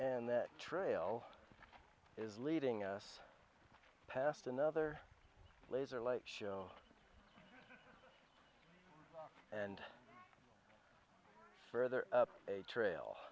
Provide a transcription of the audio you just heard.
and the trail is leading us past another laser light show and further up a trail